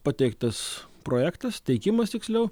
pateiktas projektas teikimas tiksliau